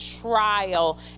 trial